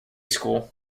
school